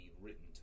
written